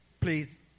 Please